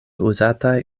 uzataj